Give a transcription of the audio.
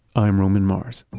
i'm roman mars